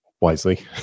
wisely